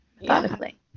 methodically